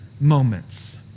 moments